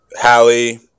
Hallie